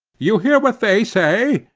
you hear what they say,